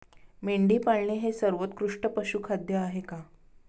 मेंढी पाळणे हे सर्वोत्कृष्ट पशुखाद्य आहे का?